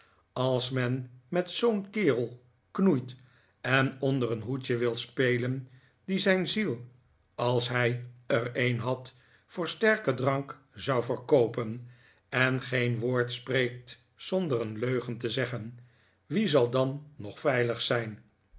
als men met zoo'n kerel knoeit eh onder een hoedje wil spelen die zijn ziel als hij er een had voor sterken drank zou verkoopen en geen woord spreekt zonder een leugen te zeggen wie zal dan nog veilig zijn